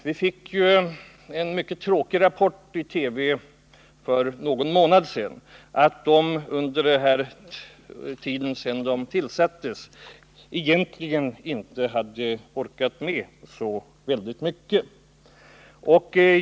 Vi fick ju en mycket tråkig rapport i TV för någon månad sedan, att delegationen efter det att den tillsattes egentligen inte hade orkat med så väldigt mycket.